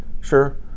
Sure